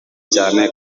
cyane